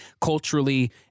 culturally